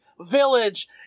Village